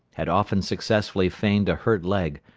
had often successfully feigned a hurt leg,